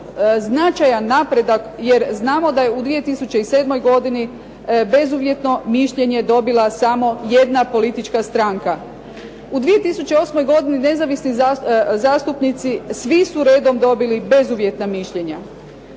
značajan napredak, jer znamo da je u 2007. godini bezuvjetno mišljenje dobila samo jedna politička stranka. U 2008. godini nezavisni zastupnici svi su redom dobili bezuvjetna mišljenja.